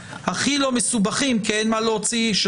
הכי לא מסובכים כי אין מה להוציא מהם,